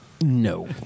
No